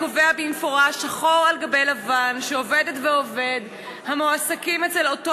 קובע במפורש שחור על-גבי לבן שעובדת ועובד המועסקים אצל אותו